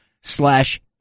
slash